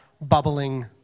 bubbling